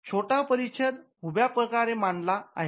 छोटा परिच्छेद उभ्या प्रकारे मांडला आहे